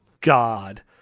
God